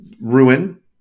ruin